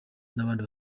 n’abandi